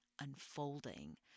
unfolding